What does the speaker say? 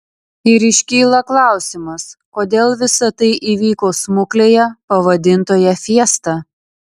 ir iškyla klausimas kodėl visa tai įvyko smuklėje pavadintoje fiesta